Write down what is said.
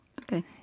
okay